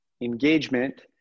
engagement